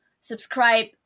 subscribe